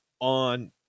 on